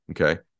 Okay